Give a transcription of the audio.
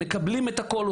מקבלים את הכול,